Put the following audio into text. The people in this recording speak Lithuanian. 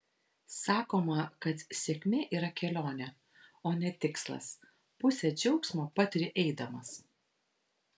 sakoma kad sėkmė yra kelionė o ne tikslas pusę džiaugsmo patiri eidamas